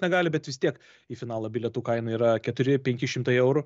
negali bet vis tiek į finalą bilietų kaina yra keturi penki šimtai eurų